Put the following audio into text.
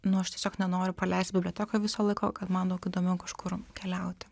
nu aš tiesiog nenoriu paleisti bibliotekoj viso laiko kad man daug įdomiau kažkur keliauti